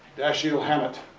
dashiell hammett.